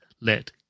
let